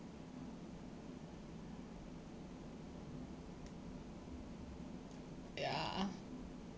ya